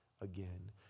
again